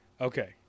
Okay